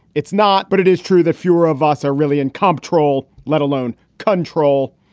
it's not. but it is true that fewer of us are really in control, let alone control.